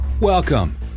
Welcome